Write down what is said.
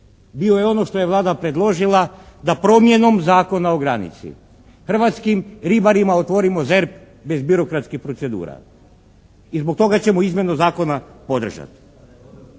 dio je ono što je Vlada predložila da promjenom Zakona o granici hrvatskim ribarima otvorimo ZERP bez birokratskih procedura i zbog toga ćemo izmjenu zakona podržati.